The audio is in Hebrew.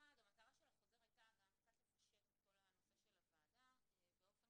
המטרה של החוזר היתה קצת לפשט את כל הנושא של הוועדה באופן